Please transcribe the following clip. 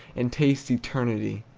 and taste eternity.